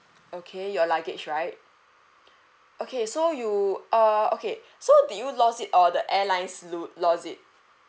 okay your luggage right okay so you err okay so did you lost it or the airlines lo~ lost is it